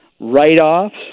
write-offs